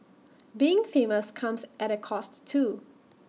being famous comes at A cost too